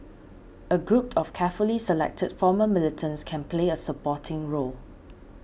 a group of carefully selected former militants can play a supporting role